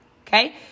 okay